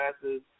classes